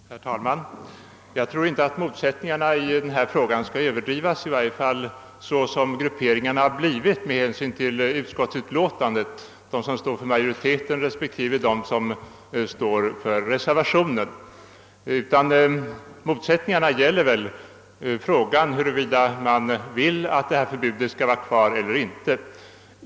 Herr talman! Jag tror inte att motsättningarna i denna fråga skall överdrivas, i varje fall inte med hänsyn till hur grupperingen majoritet—reservanter blivit i utskottet. Motsättningarna gäller väl frågan huruvida man vill att detta förbud skall vara kvar eller inte.